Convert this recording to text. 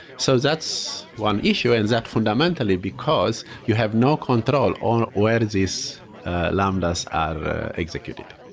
so that's one issue, and that fundamentally because you have no control on where these lambdas are executed.